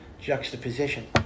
juxtaposition